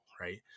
Right